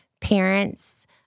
parents